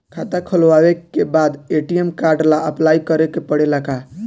खाता खोलबाबे के बाद ए.टी.एम कार्ड ला अपलाई करे के पड़ेले का?